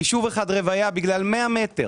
יישוב אחד רוויה בגלל 100 מטר